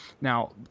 Now